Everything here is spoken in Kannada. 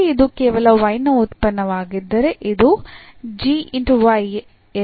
ಇಲ್ಲಿ ಇದು ಕೇವಲ y ನ ಉತ್ಪನ್ನವಾಗಿದ್ದರೆ ಇದು g y ಎಂದು ನೋಡೋಣ